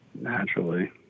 naturally